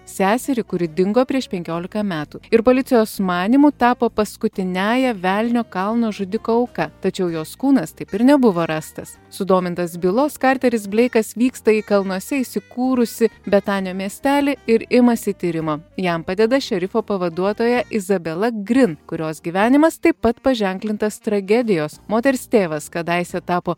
seserį kuri dingo prieš penkiolika metų ir policijos manymu tapo paskutiniąja velnio kalno žudiko auka tačiau jos kūnas taip ir nebuvo rastas sudomintas bylos karteris bleikas vyksta į kalnuose įsikūrusį betanio miestelį ir imasi tyrimo jam padeda šerifo pavaduotoja izabela grin kurios gyvenimas taip pat paženklintas tragedijos moters tėvas kadaise tapo